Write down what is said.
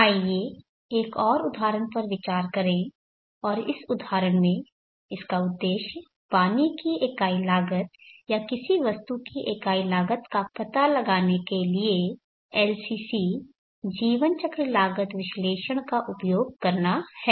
आइए एक और उदाहरण पर विचार करें और इस उदाहरण में इसका उद्देश्य पानी की इकाई लागत या किसी वस्तु की इकाई लागत का पता लगाने के लिए LCC जीवन चक्र लागत विश्लेषण का उपयोग करना है